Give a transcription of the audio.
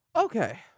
Okay